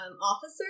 Officer